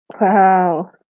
Wow